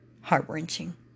heart-wrenching